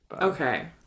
Okay